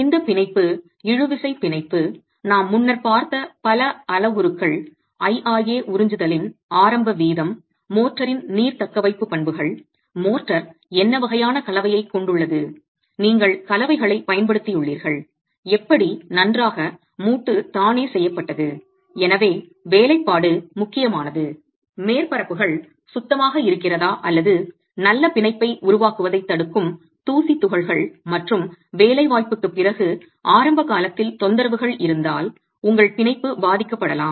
இந்த பிணைப்பு இழுவிசைப் பிணைப்பு நாம் முன்னர் பார்த்த பல அளவுருக்கள் IRA உறிஞ்சுதலின் ஆரம்ப வீதம் மோர்டாரின் நீர் தக்கவைப்பு பண்புகள் மோட்டார் என்ன வகையான கலவையைக் கொண்டுள்ளது நீங்கள் கலவைகளைப் பயன்படுத்தியுள்ளீர்கள் எப்படி நன்றாக மூட்டு தானே செய்யப்பட்டது எனவே வேலைப்பாடு முக்கியமானது மேற்பரப்புகள் சுத்தமாக இருக்கிறதா அல்லது நல்ல பிணைப்பை உருவாக்குவதைத் தடுக்கும் தூசி துகள்கள் மற்றும் வேலை வாய்ப்புக்குப் பிறகு ஆரம்ப காலத்தில் தொந்தரவுகள் இருந்தால் உங்கள் பிணைப்பு பாதிக்கப்படலாம்